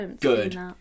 good